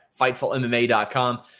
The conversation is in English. FightfulMMA.com